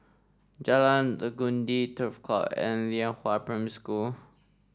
Jalan Legundi Turf Club and Lianhua Primary School